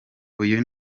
uyu